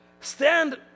stand